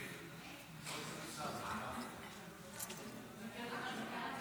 על מדינת ישראל, על מדינת